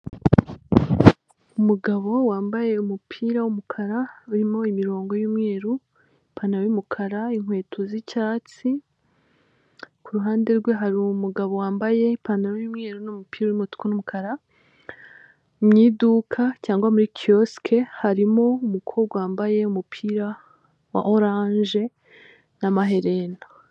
Umugabo wambaye umupira w'umukara urimo imirongo y'umweru, ipantaro y'umukara, inkweto z'icyatsi. Ku ruhande rwe hari umugabo wambaye ipantaro y'umweru, umupira w'umutuku n'umukara. Mu iduka, cyangwa muri kiyosike harimo umukobwa wambaye umupira wa oranje, n'amaherena.